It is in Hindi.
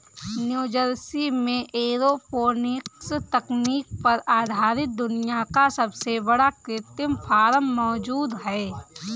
न्यूजर्सी में एरोपोनिक्स तकनीक पर आधारित दुनिया का सबसे बड़ा कृत्रिम फार्म मौजूद है